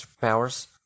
powers